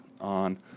on